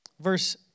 verse